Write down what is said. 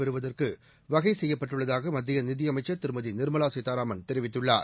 பெறுவதற்குவகைசெய்யப்பட்டுள்ளதாகமத்தியநிதிஅமைச்சர் திருமதிநிர்மலாசீதாராமன் தெரிவித்துள்ளார்